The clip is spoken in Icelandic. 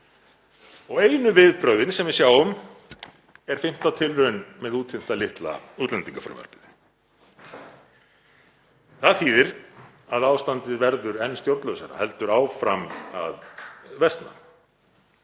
Einu viðbrögðin sem við sjáum er fimmta tilraun með útþynnta litla útlendingafrumvarpið. Það þýðir að ástandið verður enn stjórnlausara, heldur áfram að versna.